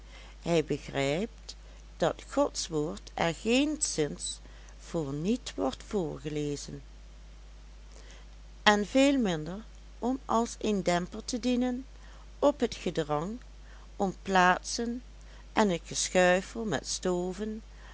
hij begrijpt dat gods woord er geenszins voor niet wordt voorgelezen en veel minder om als een demper te dienen op het gedrang om plaatsen en het geschuifel met stoven